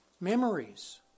memories